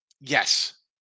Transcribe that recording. Yes